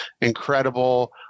incredible